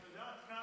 את יודעת כמה